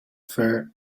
fair